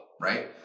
right